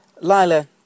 Lila